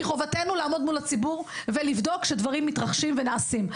כי חובתנו לעמוד מול הציבור ולבדוק שדברים אכן מתרחשים ונעשים.